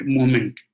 Moment